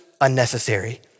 unnecessary